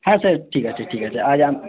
হ্যাঁ স্যার ঠিক আছে ঠিক আছে আজ আমি